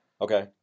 okay